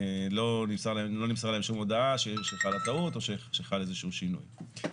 לא נמסרה להם שום הודעה שחלה טעות או שחל איזה שהוא שינוי.